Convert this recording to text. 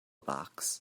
box